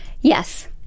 Yes